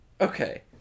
okay